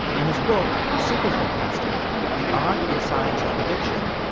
in his book superforecasting the art and science of prediction,